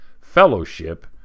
fellowship